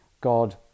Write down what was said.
god